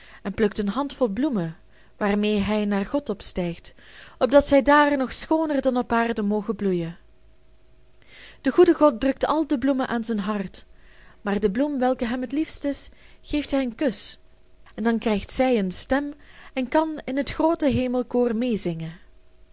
en plukt een handvol bloemen waarmee hij naar god opstijgt opdat zij daar nog schooner dan op aarde mogen bloeien de goede god drukt al de bloemen aan zijn hart maar de bloem welke hem het liefst is geeft hij een kus en dan krijgt zij een stem en kan in het groote hemelkoor meezingen